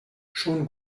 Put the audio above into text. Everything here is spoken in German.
schon